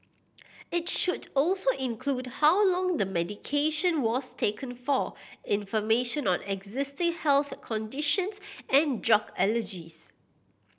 it should also include how long the medication was taken for information on existing health conditions and drug allergies